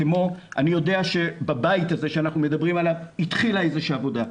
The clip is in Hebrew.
אני יודע שבבית הזה שאנחנו מדברים עליו התחילה איזה שהיא עבודה,